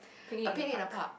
picnic in the park